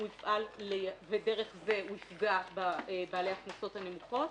ודרך זה יפגע בבעלי ההכנסות הנמוכות,